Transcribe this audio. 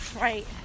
Right